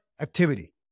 activity